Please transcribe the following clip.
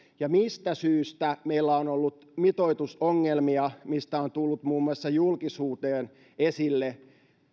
ja mistä syystä meillä on ollut mitoitusongelmia ja mistä on muun muassa tullut julkisuuteen esille